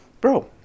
Bro